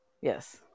yes